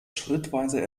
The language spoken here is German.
schrittweise